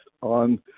on